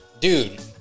Dude